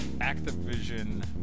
Activision